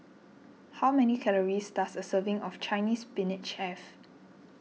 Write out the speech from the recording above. how many calories does a serving of Chinese Spinach have